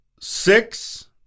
six